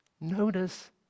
Notice